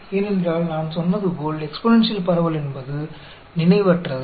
ஏனென்றால் நான் சொன்னது போல் எக்ஸ்பொனேன்ஷியல் பரவல் என்பது நினைவற்றது